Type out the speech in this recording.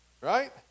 right